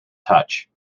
touch